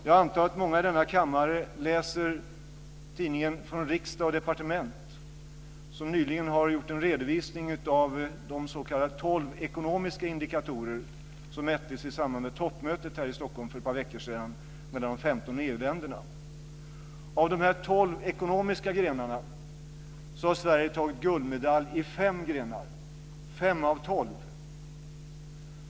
Jag antar att många i denna kammare läser tidningen Från Riksdag & Departement, som nyligen har gjort en redovisning av de tolv s.k. ekonomiska indikatorer som mättes i samband med toppmötet här i Stockholm för ett par veckor sedan mellan de femton EU-länderna. Av de tolv ekonomiska grenarna har Sverige tagit guldmedalj i fem grenar, i fem av tolv.